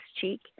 cheek